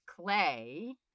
clay